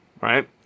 right